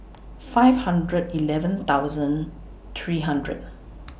five hundred eleven thousand three hundred